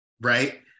right